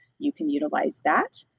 you can utilize that.